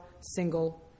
single